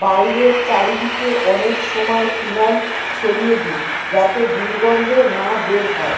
বাইরে চারিদিকে অনেক সময় ফিনাইল ছড়িয়ে দিই যাতে দুর্গন্ধ না বের হয়